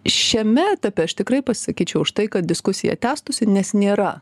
šiame etape aš tikrai pasisakyčiau už tai kad diskusija tęstųsi nes nėra